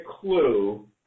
clue